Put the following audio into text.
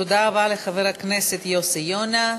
תודה רבה לחבר הכנסת יוסי יונה.